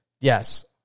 yes